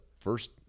first